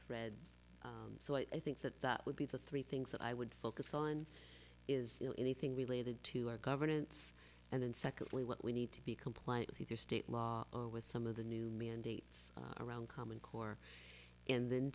thread so i think that that would be the three things that i would focus on is anything related to our governance and then secondly what we need to be compliance either state law with some of the new mandates around common core and then